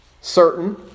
certain